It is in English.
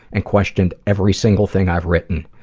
and questioned every single thing i've written.